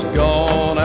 gone